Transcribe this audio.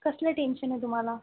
कसलं टेन्शन आहे तुम्हाला